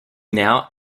now